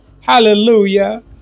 hallelujah